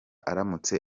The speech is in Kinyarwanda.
aramutse